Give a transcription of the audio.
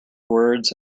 words